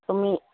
তুমি